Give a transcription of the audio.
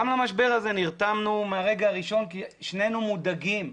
גם למשבר הזה נרתמנו מהרגע הראשון כי שנינו מודאגים.